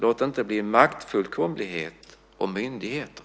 Låt det inte bli maktfullkomlighet och myndigheter.